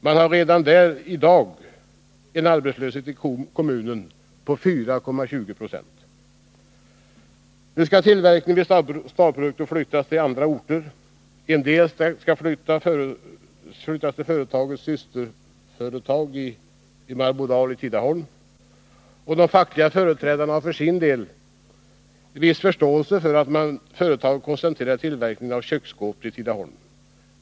Man har redan i dag en arbetslöshet i kommunen på 4,2 90. Nu skall tillverkningen vid Starprodukter flyttas till andra orter. En del skall flyttas till företagets systerföretag Marbodal i Tidaholm. De fackliga företrädarna har för sin del viss förståelse för att företaget koncentrerar tillverkningen av köksskåp till Tidaholm.